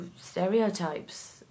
stereotypes